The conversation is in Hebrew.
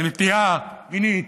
לנטייה מינית,